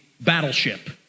battleship